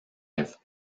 live